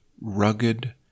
rugged